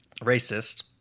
racist